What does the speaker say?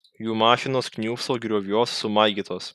jų mašinos kniūbso grioviuos sumaigytos